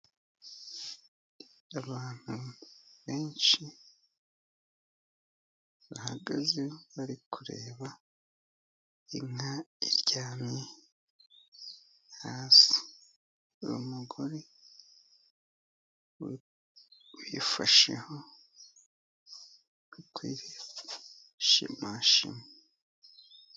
Abantu benshi bahagaze bari kureba inka iryamye hasi. Hari umugore uyifasheho uri kuyishimashima.